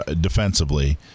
defensively